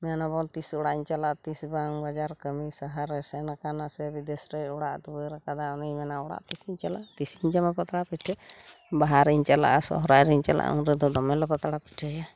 ᱢᱮᱱᱟᱵᱚᱱ ᱛᱤᱥ ᱚᱲᱟᱜ ᱤᱧ ᱪᱟᱞᱟᱜᱼᱟ ᱛᱤᱥ ᱵᱟᱝ ᱵᱟᱡᱟᱨ ᱠᱟᱹᱢᱤ ᱥᱟᱦᱟᱨ ᱨᱮ ᱥᱮᱱ ᱠᱟᱱᱟ ᱥᱮ ᱵᱤᱫᱮᱥ ᱨᱮᱭ ᱚᱲᱟᱜ ᱫᱩᱣᱟᱹᱨ ᱠᱟᱫᱟ ᱩᱱᱤ ᱢᱮᱱᱟ ᱚᱲᱟᱜ ᱛᱤᱥᱤᱧ ᱪᱟᱞᱟᱜᱼᱟ ᱛᱤᱥᱤᱧ ᱡᱚᱢᱟ ᱯᱟᱛᱲᱟ ᱯᱤᱴᱷᱟᱹ ᱵᱟᱦᱟᱨᱮᱧ ᱪᱟᱞᱟᱜᱼᱟ ᱥᱚᱦᱚᱨᱟᱭ ᱨᱮᱧ ᱪᱟᱞᱟᱜᱼᱟ ᱩᱱᱨᱮᱫᱚ ᱫᱚᱢᱮ ᱞᱮ ᱯᱟᱛᱲᱟ ᱯᱤᱴᱷᱟᱹᱭᱟ